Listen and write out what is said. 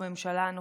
בממשלה הנוכחית,